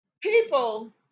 People